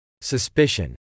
suspicion